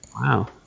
Wow